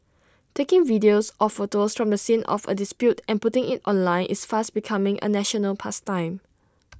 taking videos or photos from the scene of A dispute and putting IT online is fast becoming A national pastime